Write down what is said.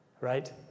Right